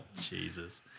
Jesus